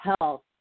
health